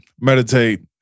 meditate